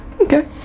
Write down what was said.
Okay